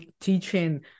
teaching